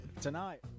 Tonight